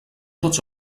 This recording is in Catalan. tots